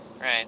right